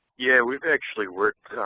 yeah, we've actually worked